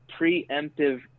preemptive